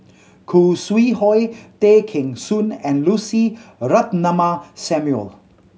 Khoo Sui Hoe Tay Kheng Soon and Lucy Ratnammah Samuel